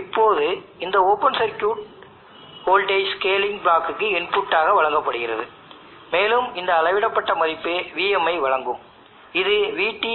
இப்போது இந்த ISC அளவிடப்பட்டு Im ஆக மாறி இந்த கண்ட்ரோல் சர்க்யூட் க்கு